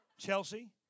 Chelsea